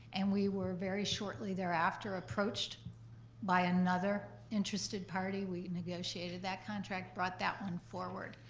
and we were very shortly thereafter approached by another interested party. we negotiated that contract, brought that one forward.